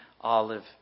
olive